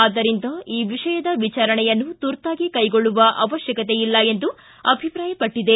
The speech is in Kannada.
ಆದ್ದರಿಂದ ಈ ವಿಷಯದ ವಿಚಾರಣೆಯನ್ನು ತುರ್ತಾಗಿ ಕೈಗೊಳ್ಳುವ ಅವಶ್ಯಕತೆ ಇಲ್ಲ ಎಂದು ಅಭಿಪ್ರಾಯಪಟ್ಟಿದೆ